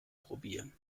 probieren